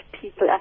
people